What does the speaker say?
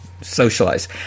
socialize